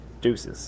Deuces